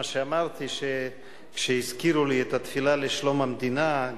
מה שאמרתי זה שכשהזכירו לי את התפילה לשלום המדינה,